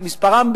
מספרם,